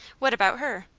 what about her?